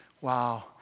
wow